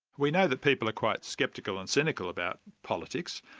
we know that people are quite sceptical and cynical about politics,